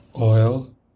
oil